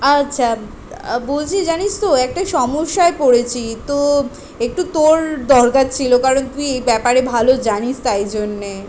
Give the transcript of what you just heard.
আচ্ছা বলছি জানিস তো একটা সমস্যায় পড়েছি তো একটু তোর দরকার ছিলো কারণ তুই এ ব্যাপারে ভালো জানিস তাই জন্যে